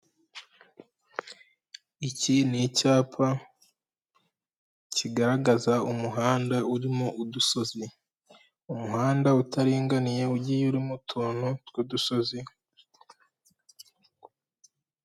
Iki ni icyapa kigaragaza umuhanda urimo udusozi, umuhanda utaringaniye ugiye urimo utuntu tw'udusozi.